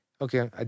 okay